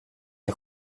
jag